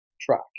track